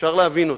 שאפשר להבין אותם.